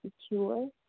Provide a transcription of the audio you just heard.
secure